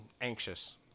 anxious